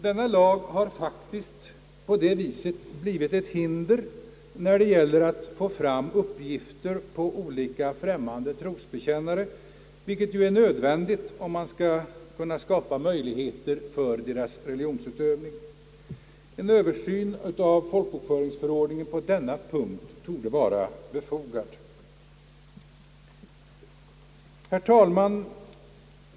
Denna lag har faktiskt på det sättet blivit ett hinder när det gäller att få fram uppgifter på olika främmande trosbekännare, vilket ju är nödvändigt om man skall kunna skapa möjligheter för deras religionsutövning. En översyn av folkbokföringsförordningen på denna punkt torde vara befogad. Herr talman!